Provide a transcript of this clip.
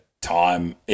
time